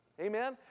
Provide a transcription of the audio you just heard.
Amen